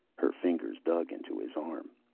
her fingers dug into his arm.